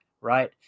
right